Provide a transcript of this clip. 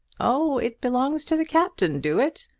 oh it belongs to the captain, do it?